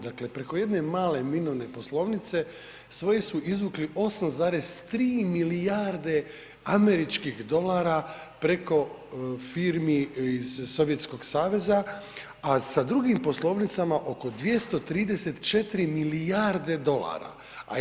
Dakle preko jedne male, ... poslovnice svojih su izvukli 8,3 milijarde američkih dolara preko firmi iz Sovjetskog saveza a sa drugim poslovnicama oko 234 milijarde dolara.